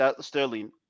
Sterling